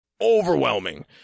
overwhelming